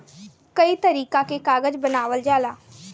कई तरीका के कागज बनावल जाला